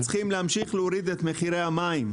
ואתם צריכים להמשיך להוריד את מחירי המים,